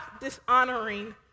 dishonoring